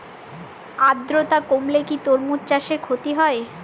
আদ্রর্তা কমলে কি তরমুজ চাষে ক্ষতি হয়?